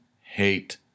hate